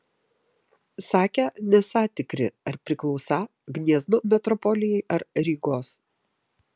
sakę nesą tikri ar priklausą gniezno metropolijai ar rygos